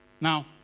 Now